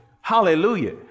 Hallelujah